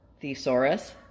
thesaurus